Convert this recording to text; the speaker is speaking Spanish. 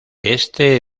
este